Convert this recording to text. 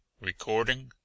recording